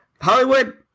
Hollywood